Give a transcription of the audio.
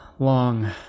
Long